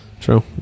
True